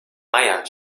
meier